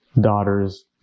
daughters